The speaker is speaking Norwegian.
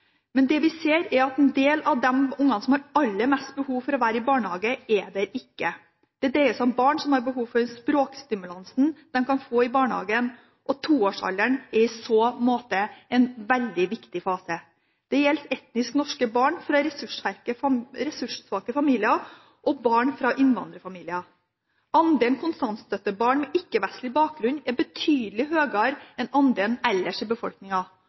Men det vi ser, er at en del av de ungene som har aller mest behov for å være i barnehage, er ikke der. Dette dreier seg om barn som har behov for den språkstimulansen de kan få i barnehagen, og toårsalderen er i så måte en veldig viktig fase. Det gjelder etnisk norske barn fra ressurssvake familier og barn fra innvandrerfamilier. Andelen kontantstøttebarn med ikke-vestlig bakgrunn er betydelig høyere enn andelen ellers i